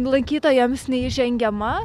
lankytojams neįžengiama